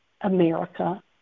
America